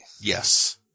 Yes